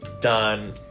done